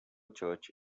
church